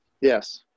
Yes